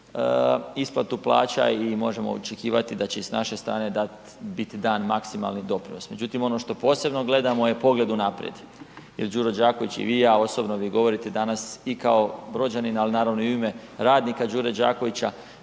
isplatu plaća i možemo očekivati da će i s naše strane biti dan maksimalni doprinos. Međutim, ono što posebno gledamo je pogled unaprijed. Jer Đuro Đaković i vi i ja, osobno mi govorite danas i kao Brođanin ali naravno i u ime radnika Đure Đakovića,